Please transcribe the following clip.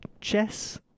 chess